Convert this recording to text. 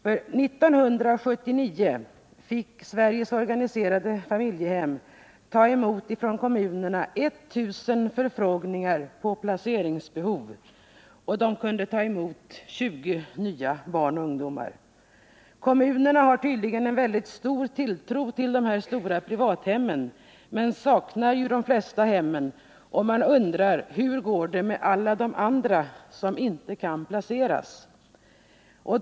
1979 fick Sveriges organiserade familjehem från kommunerna ta emot 1000 förfrågningar som gällde barn med placeringsbehov, men man kunde bara ta emot 20 nya barn och ungdomar. Kommunerna sätter tydligen en väldigt stor tilltro till de stora privathemmen, men i de flesta fall saknas sådana. Man kan då fråga sig hur det skall bli med alla barn och ungdomar som inte kan placeras.